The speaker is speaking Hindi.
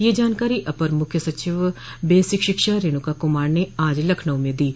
यह जानकारी अपर मुख्य सचिव बेसिक शिक्षा रेणुका कुमार ने आज लखनऊ में दीं